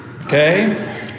okay